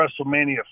WrestleMania